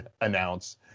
announce